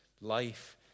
Life